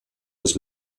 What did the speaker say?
des